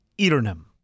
Eternum